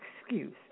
excuse